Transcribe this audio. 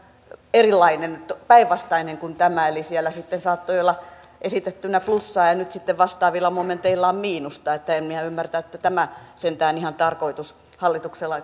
päinvastainen kuin tämä eli siellä sitten saattoi olla esitettynä plussaa ja nyt sitten vastaavilla momenteilla on miinusta en minä ymmärtänyt että tämä sentään ihan tarkoitus perussuomalaisillakaan on